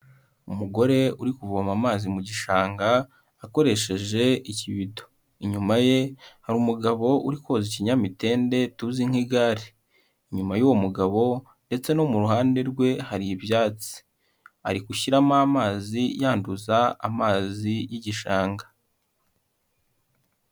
Umugore uri kuvoma amazi mu gishanga akoresheje ikibido, inyuma ye hari umugabo uri koza ikinyamitende tuze nk'igare, inyuma y'uwo mugabo ndetse no mu ruhande rwe hari ibyatsi, ari gushyiramo amazi yanduza amazi y'igishanga.